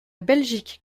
belgique